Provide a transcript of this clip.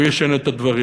הוא ישנה את הדברים.